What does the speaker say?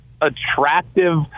attractive